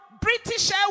British